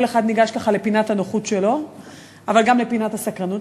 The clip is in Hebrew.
כל אחד ניגש ככה לפינת הנוחות שלו אבל גם לפינת הסקרנות